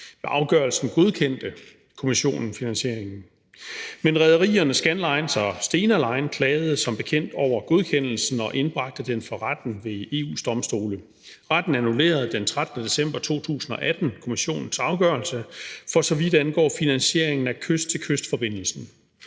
afgørelsen godkendte Kommissionen finansieringen, men rederierne Scandlines og Stena Line klagede som bekendt over godkendelsen og indbragte den for retten ved EU-Domstolen. Retten annullerede den 13. december 2018 Kommissionens afgørelse, for så vidt angår finansieringen af kyst til kyst-forbindelsen.